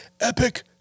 Epic